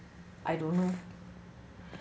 I don't know